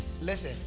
Listen